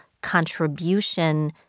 contribution